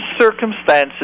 circumstances